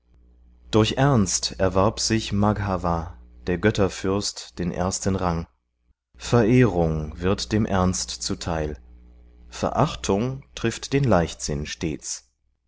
durch ernst erwarb sich maghav der götterfürst den ersten rang verehrung wird dem ernst zuteil verachtung trifft den leichtsinn stets